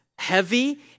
heavy